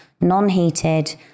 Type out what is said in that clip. non-heated